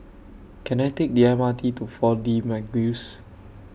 Can I Take The M R T to four D Magix